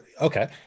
Okay